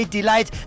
Delight